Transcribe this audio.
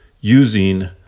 using